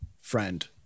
friend